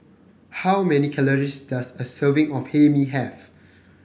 how many calories does a serving of Hae Mee have